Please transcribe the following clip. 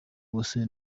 uwase